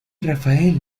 rafael